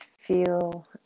feel